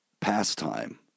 pastime